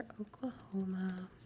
Oklahoma